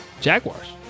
Jaguars